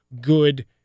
good